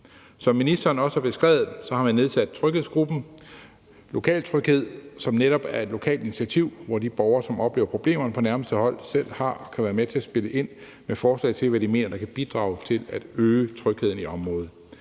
Som ministeren også har beskrevet det, har man nedsat tryghedsgruppen Lokaltryghed, som netop er et lokalt initiativ, hvor de borgere, som oplever problemerne på nærmeste hold, selv kan være med til at spille ind med forslag til, hvad de mener der kan bidrage til at øge trygheden i området.